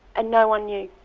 and no-one knew.